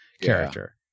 character